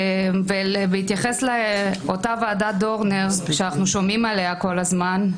בהתייחס לאותה ועדת דורנר שאנחנו שומעים עליה כל הזמן,